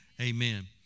amen